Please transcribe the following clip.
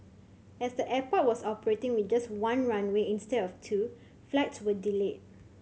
as the airport was operating with just one runway instead of two flights were delayed